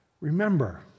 Remember